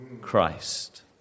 Christ